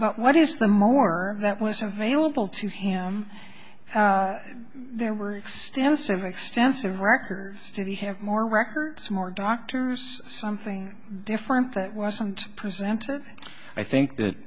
what is the more that was available to him there were extensive extensive records to be have more records more doctor's something different that wasn't presented i think that